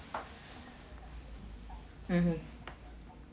mmhmm